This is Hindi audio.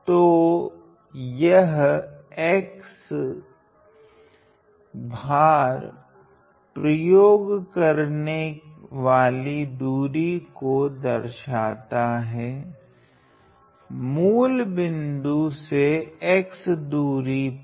तो यह x भर प्रयोग करने वाली दूरी को दर्शाता हैं मूल बिन्दु से x दूरी पर